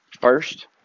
first